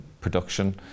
production